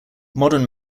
modern